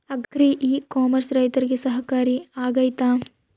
Agri e commerce ರೈತರಿಗೆ ಸಹಕಾರಿ ಆಗ್ತೈತಾ?